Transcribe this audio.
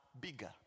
bigger